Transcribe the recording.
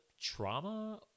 trauma